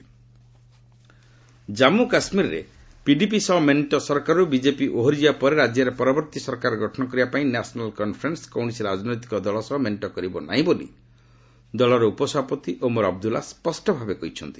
JK Omar Abdullah Jammu କାଶ୍ମୀରରେ PDP ସହ ମେଣ୍ଟ ସରକାରରୁ ବିଜେପି ଓହରିଯିବା ପରେ ରାଜ୍ୟରେ ପରବର୍ତ୍ତୀ ସରକାର ଗଠନ କରିବା ପାଇଁ ନ୍ୟାସନାଲ୍ କନ୍ଫରେନ୍ସ କୌଣସି ରାଜନୈତିକ ଦଳ ସହ ମେଣ୍ଟ କରିବ ନାହିଁ ବୋଲି ଦଳର ଉପସଭାପତି ଓମର୍ ଅବଦୁଲ୍ଲା ସ୍ୱଷ୍ଟଭାବେ କହିଛନ୍ତି